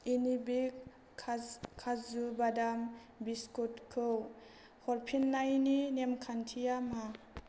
इउनिबिक काज काजु बादाम बिस्कुटखौ हरफिन्नायनि नेमखान्थिया मा